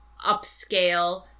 upscale